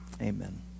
Amen